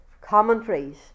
commentaries